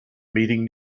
meeting